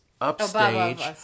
Upstage